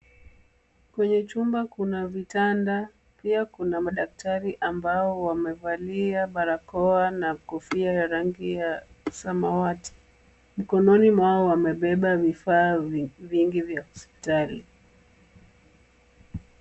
Kwenye chumba kuna vitanda, pia kuna madaktari ambao wamevalia barakoa na kofia ya rangi ya samawati. Mikononi mwao wamebeba vifaa vingi vya hospitali.